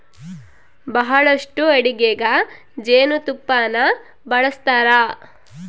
ಬಹಳಷ್ಟು ಅಡಿಗೆಗ ಜೇನುತುಪ್ಪನ್ನ ಬಳಸ್ತಾರ